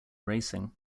racing